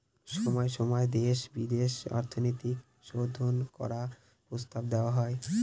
সময় সময় দেশে বিদেশে অর্থনৈতিক সংশোধন করার প্রস্তাব দেওয়া হয়